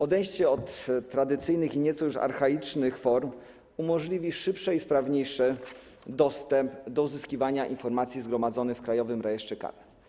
Odejście od tradycyjnych i nieco już archaicznych form umożliwi szybszy i sprawniejszy dostęp do uzyskiwania informacji zgromadzonych w Krajowym Rejestrze Karnym.